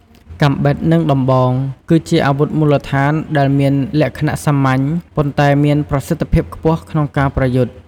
កាំបិត និងដំបង គឺជាអាវុធមូលដ្ឋានដែលមានលក្ខណៈសាមញ្ញ ប៉ុន្តែមានប្រសិទ្ធភាពខ្ពស់ក្នុងការប្រយុទ្ធ។